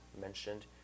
mentioned